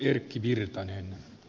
arvoisa puhemies